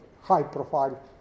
high-profile